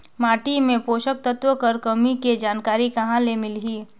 माटी मे पोषक तत्व कर कमी के जानकारी कहां ले मिलही?